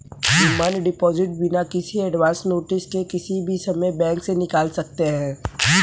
demand deposit बिना किसी advance notice के किसी भी समय बैंक से निकाल सकते है